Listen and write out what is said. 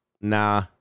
Nah